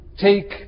take